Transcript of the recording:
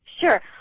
Sure